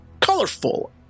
colorful